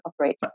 operate